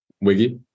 Wiggy